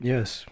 Yes